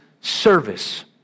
service